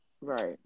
Right